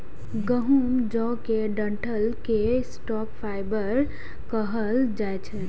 गहूम, जौ के डंठल कें स्टॉक फाइबर कहल जाइ छै